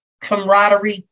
camaraderie